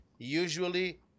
Usually